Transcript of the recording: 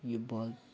यो बल